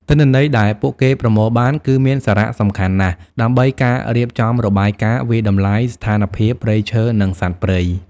ទិន្នន័យដែលពួកគេប្រមូលបាន គឺមានសារៈសំខាន់ណាស់សម្រាប់ការរៀបចំ របាយការណ៍វាយតម្លៃស្ថានភាពព្រៃឈើ និងសត្វព្រៃ។